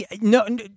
no